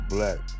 Black